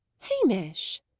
hamish!